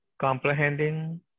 comprehending